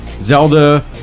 Zelda